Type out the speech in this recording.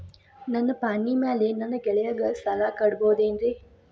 ನನ್ನ ಪಾಣಿಮ್ಯಾಲೆ ನನ್ನ ಗೆಳೆಯಗ ಸಾಲ ಕೊಡಬಹುದೇನ್ರೇ?